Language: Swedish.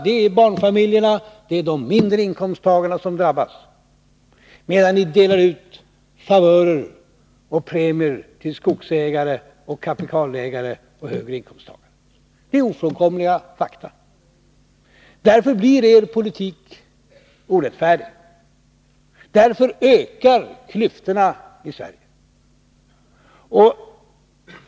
Det är barnfamiljerna och de mindre inkomsttagarna som drabbas, medan ni delar ut favörer och premier till skogsägare, kapitalägare och högre inkomsttagare. Detta är ofrånkomliga fakta. Därför blir er politik orättfärdig. Därför ökar klyftorna i Sverige.